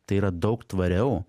tai yra daug tvariau